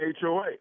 HOA